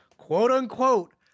Quote-unquote